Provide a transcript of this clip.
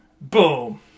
Boom